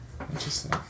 Interesting